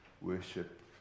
worship